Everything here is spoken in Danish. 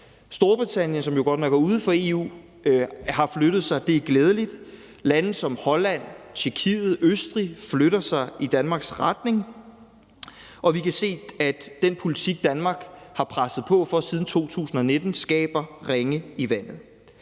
Storbritannien, som jo godt nok er uden for EU, har flyttet sig. Det er glædeligt. Lande som Holland, Tjekkiet og Østrig flytter sig i Danmarks retning, og vi kan se, at den politik, Danmark har presset på for siden 2019, skaber ringe i vandet.